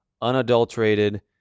unadulterated